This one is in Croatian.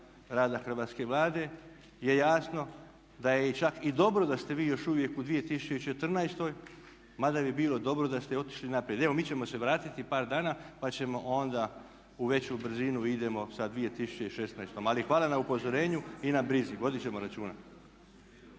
rada hrvatske Vlade je jasno da je čak i dobro da ste vi još uvijek u 2014. mada bi bilo dobro da ste otišli naprijed. Evo mi ćemo se vratiti par dana pa ćemo onda, u veću brzinu idemo sa 2016. Ali hvala na upozorenju i na brzi. Voditi ćemo računa.